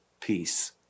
peace